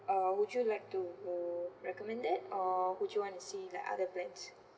uh would you like to recommend that or would you want to see like other brands